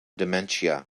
dementia